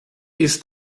ist